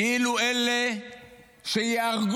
כאילו אלה שייהרגו